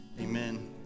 amen